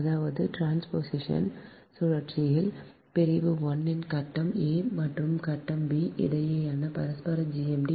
அதாவது டிரான்ஸ்போசிஷன் சுழற்சியில் பிரிவு 1 இன் கட்டம் a மற்றும் b க்கு இடையேயான பரஸ்பர GMD